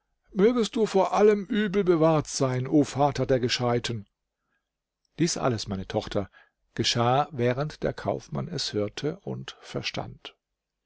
mögest du vor allem übel bewahrt sein o vater der gescheiten dies alles meine tochter geschah während der kaufmann es hörte und verstand